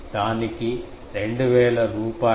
దానికి 2000 రూపాయలు